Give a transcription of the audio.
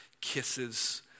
kisses